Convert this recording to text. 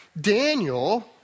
Daniel